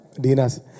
Dina's